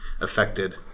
affected